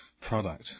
product